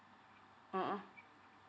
mmhmm